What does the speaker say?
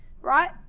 Right